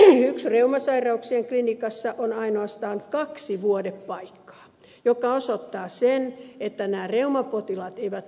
hyksin reumasairauksien klinikassa on ainoastaan kaksi vuodepaikkaa mikä osoittaa sen että nämä reumapotilaat eivät ole sairaalassa